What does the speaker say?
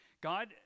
God